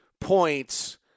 points